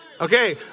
Okay